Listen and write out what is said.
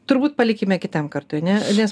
turbūt palikime kitam kartui a ne nes